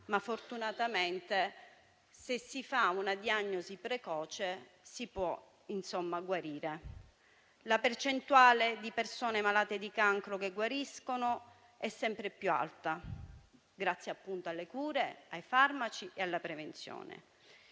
ma fortunatamente, con una diagnosi precoce, si può guarire. La percentuale di persone malate di cancro che guariscono è sempre più alta grazie alle cure, ai farmaci e alla prevenzione.